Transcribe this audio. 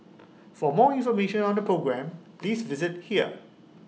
for more information on the programme please visit here